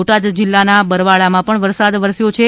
બોટાદ જિલ્લાના બરવાળામાં પણ વરસાદ વરસ્યો છે